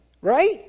right